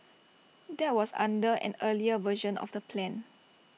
that was under an earlier version of the plan